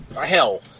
hell